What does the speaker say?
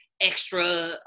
extra